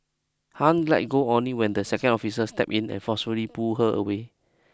Han let go only when the second officer stepped in and forcefully pulled her away